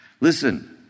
Listen